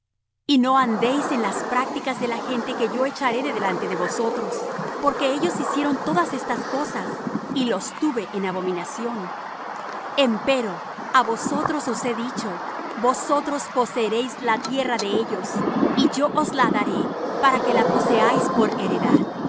y no andéis en las prácticas de la gente que yo echaré de delante de vosotros porque ellos hicieron todas estas cosas y los tuve en abominación empero á vosotros os he dicho vosotros poseeréis la tierra de ellos y yo os la daré para que la poseáis por heredad